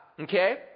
Okay